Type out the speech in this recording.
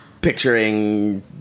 picturing